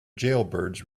jailbirds